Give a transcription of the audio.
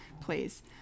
Please